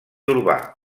urbà